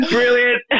Brilliant